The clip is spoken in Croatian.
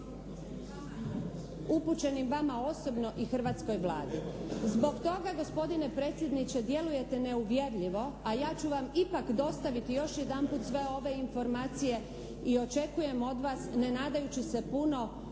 upućenim vama osobno i hrvatskoj Vladi. Zbog toga gospodine predsjedniče djelujete neuvjerljivo, a ja ću vam ipak dostaviti još jedanput sve ove informacije i očekujem od vas, ne nadajući se puno